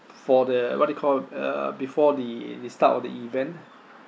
for the what you call uh before the the start of the event